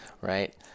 right